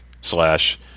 slash